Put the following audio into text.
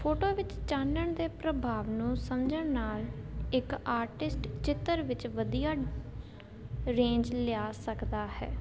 photo ਵਿੱਚ ਚਾਨਣ ਦੇ ਪ੍ਰਭਾਵ ਨੂੰ ਸਮਝਣ ਨਾਲ ਇੱਕ ਆਰਟਿਸਟ ਚਿੱਤਰ ਵਿੱਚ ਵਧੀਆ ਰੇਂਜ ਲਿਆ ਸਕਦਾ ਹੈ